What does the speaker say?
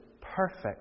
perfect